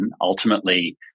ultimately